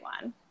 one